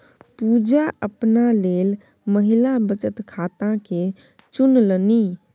पुजा अपना लेल महिला बचत खाताकेँ चुनलनि